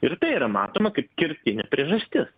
ir tai yra matoma kaip kertinė priežastis